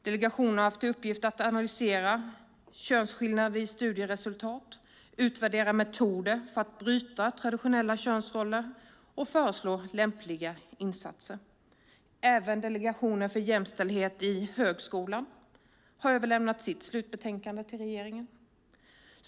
Delegationen har haft i uppgift att analysera könsskillnader i studieresultat, utvärdera metoder för att bryta traditionella könsroller och föreslå lämpliga insatser. Även Delegationen för jämställdhet i högskolan har överlämnat sitt slutbetänkande till regeringen.